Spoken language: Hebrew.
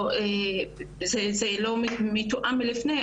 ואם זה לא מתואם מראש,